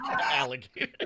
Alligator